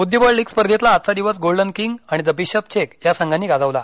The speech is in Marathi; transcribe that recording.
बुद्धीबळ लीग स्पर्धेतला आजचा दिवस गोल्डन किंग आणि द बिशप चेक या संघांनी गाजवला